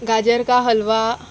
गाजर का हलवा